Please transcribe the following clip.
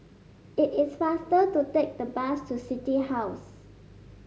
it is faster to take the bus to City House